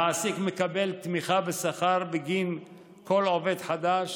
המעסיק מקבל תמיכה בשכר בגין כל עובד חדש